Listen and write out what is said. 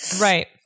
Right